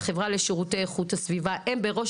"החברה לשירותי איכות הסביבה"; הם בראש